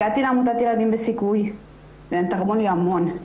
הגעתי לעמותת ילדים בסיכוי, והם תרמו לי המון.